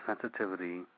sensitivity